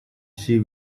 she